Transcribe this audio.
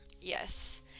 Yes